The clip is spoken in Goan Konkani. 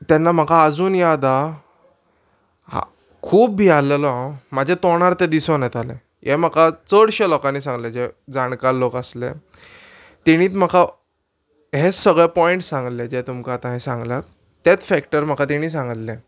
तेन्ना म्हाका आजून याद हां खूब भियारलेलो हांव म्हाजे तोणारसोन येताले हे म्हाका चडशे लोकांनी सांगले जे जाणकार लोक आसले तेणीत म्हाका हेच सगळे पॉयंट्स सांगले जे तुमकां आतां हांयें सांगलात तेच फॅक्टर म्हाका तेणी सांगल्ले